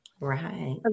Right